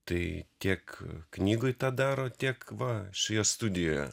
tai tiek knygoj tą daro tiek va šioje studijoje